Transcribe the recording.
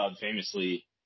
famously